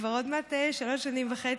כבר עוד מעט שלוש שנים וחצי.